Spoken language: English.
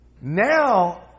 Now